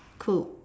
cool